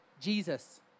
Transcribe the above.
Jesus